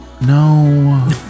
No